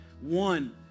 One